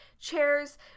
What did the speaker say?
chairs